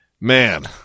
man